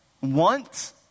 want